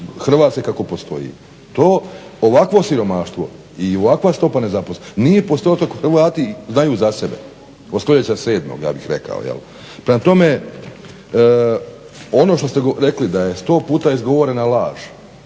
Hrvatske kako postoji. To ovakvo siromaštvo i ovakva stopa nezaposlenosti nije postotak dok Hrvati znaju za sebe od stoljeća 7. Ja bih rekao. Prema tome ono što ste rekli da je sto puta izgovorena laž